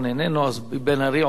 אז בן-ארי עולה עכשיו,